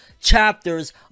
Chapters